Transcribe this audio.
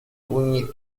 pugni